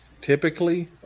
typically